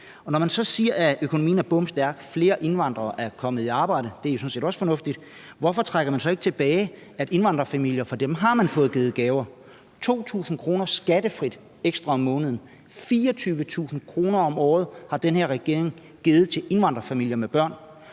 Når man så siger, at økonomien er bomstærk, og at flere indvandrere er kommet i arbejde – det er jo sådan set også fornuftigt – hvorfor trækker man så ikke de penge tilbage? For indvandrerfamilier har man givet gaver – 2.000 kr. skattefrit ekstra om måneden. Det er 24.000 kr. om året, som den her regering har givet til indvandrerfamilier med børn.